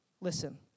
Listen